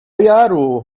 jaru